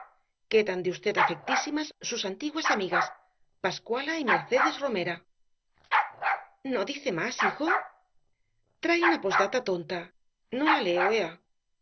quedan de v afectísimas sus antiguas amigas pascuala y mercedes romera no dice más hijo trae una posdata tonta no la leo ea